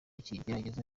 ikigeragezo